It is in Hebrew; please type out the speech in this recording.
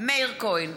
מאיר כהן,